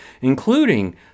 including